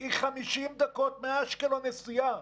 היא 50 דקות נסיעה מאשקלון.